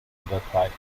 unterteilt